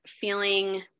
feeling